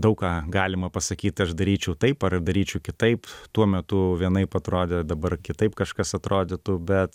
daug ką galima pasakyt aš daryčiau taip ar daryčiau kitaip tuo metu vienaip atrodė dabar kitaip kažkas atrodytų bet